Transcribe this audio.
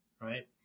right